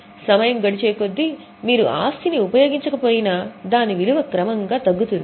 సమయం గడిచేకొద్దీ మీరు ఆస్తిని ఉపయోగించకపోయినా దాని విలువ క్రమంగా తగ్గుతుంది